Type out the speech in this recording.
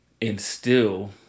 instill